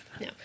No